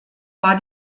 war